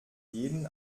jeden